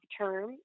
term